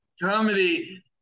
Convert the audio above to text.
comedy